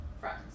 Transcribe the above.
Friends